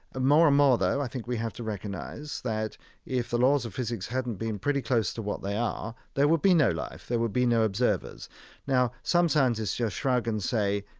more and more, though, i think we have to recognize that if the laws of physics hadn't been pretty close to what they are, there would be no life. there would be no observers now, sometimes it's just shrug and say,